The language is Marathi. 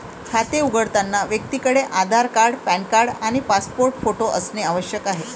खाते उघडताना व्यक्तीकडे आधार कार्ड, पॅन कार्ड आणि पासपोर्ट फोटो असणे आवश्यक आहे